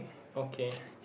okay